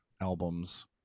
albums